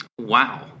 Wow